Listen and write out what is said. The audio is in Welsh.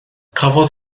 cafodd